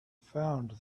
found